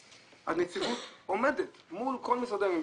הנציבות עומדת מול כל משרדי הממשלה,